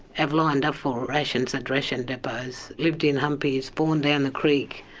have lined up for rations at ration depots, lived in humpies, born down the creek,